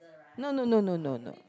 no no no no no no